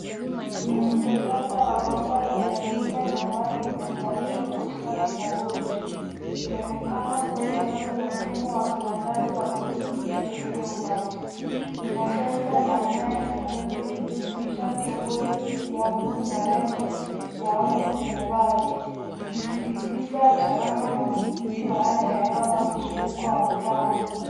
Muundo tata wa bomba za chuma na vali umeunganishwa kwa ustadi na bolt . Ikionekana kuwa sehemu ya mfumo wa kiwandani wa kudhibiti gesi au maji. Ina sensor na nyaya za umeme ikijumuisha cables ya bluu na nembo ya onyo kwenye vali. Zikisisitiza usalama na udhibiti wa hali ya hewa au mzunguko wa mitambo.